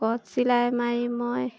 কছ চিলাই মাৰি মই